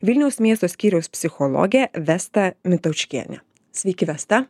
vilniaus miesto skyriaus psichologę vestą mintaučkienę sveiki vesta